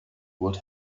would